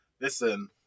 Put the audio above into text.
Listen